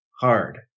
hard